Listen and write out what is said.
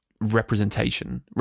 representation